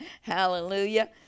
hallelujah